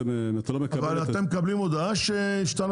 אבל אתם לא מקבלים הודעה על זה שסוג